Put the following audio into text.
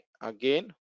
again